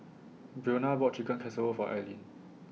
Breonna bought Chicken Casserole For Aileen